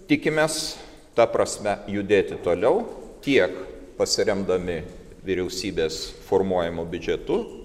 tikimės ta prasme judėti toliau tiek pasiremdami vyriausybės formuojamu biudžetu